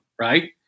right